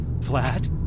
Flat